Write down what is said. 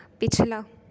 ਪਿਛਲਾ